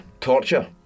Torture